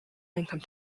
income